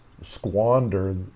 squander